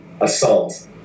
assault